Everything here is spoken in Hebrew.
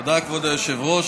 תודה, כבוד היושבת-ראש.